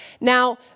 Now